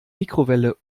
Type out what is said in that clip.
mikrowelle